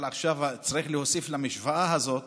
אבל עכשיו צריך להוסיף למשוואה הזאת